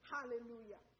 Hallelujah